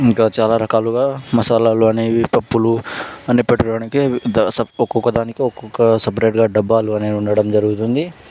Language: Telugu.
ఇంకా చాలా రకాలుగా మసాలాలు అనేవి పప్పులు అని పెట్టుకోవడానికి వివిధ ఒక్కొక్క దానికి ఒక్కొక్క సెపారేట్గా డబ్బాలు అనేవి ఉండడం జరుగుతుంది